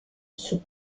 sous